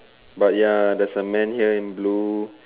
but ya there's a man here in blue